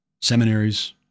seminaries